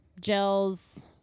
Gels